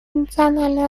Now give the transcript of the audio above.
национальное